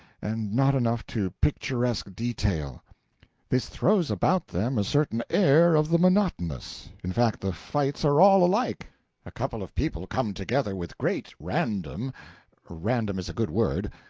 and not enough to picturesque detail this throws about them a certain air of the monotonous in fact the fights are all alike a couple of people come together with great random random is a good word,